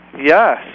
Yes